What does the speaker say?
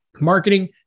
marketing